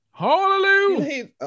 Hallelujah